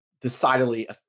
decidedly